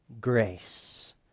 grace